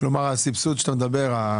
הסבסוד שאתה מדבר,